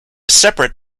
separate